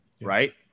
right